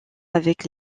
avec